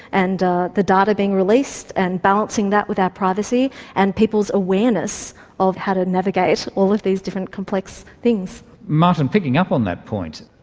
and the data being released and balancing that with our privacy and people's awareness of how to navigate all of these different complex things. martin, picking up on that point,